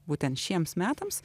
būtent šiems metams